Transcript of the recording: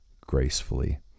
gracefully